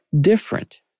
different